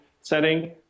setting